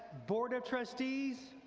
board of trustees,